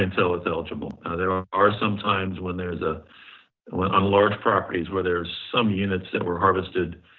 and so ah eligible. there are are sometimes when there's a well on large properties where there's some units that were harvested